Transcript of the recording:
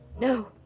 No